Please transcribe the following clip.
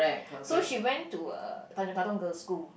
so she went to uh Tanjong-Katong-girls'-school